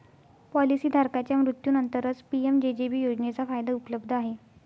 policy धारकाच्या मृत्यूनंतरच PMJJBY योजनेचा फायदा उपलब्ध आहे